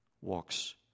walks